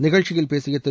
நிகழ்ச்சியில் பேசிய திரு